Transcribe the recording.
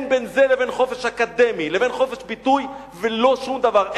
ואין בין זה לבין חופש אקדמי ולבין חופש ביטוי ולא שום דבר.